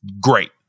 great